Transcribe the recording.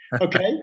Okay